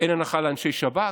אין הנחה לאנשי שב"כ.